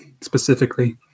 specifically